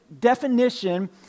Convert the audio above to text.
definition